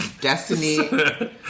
Destiny